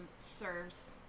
serves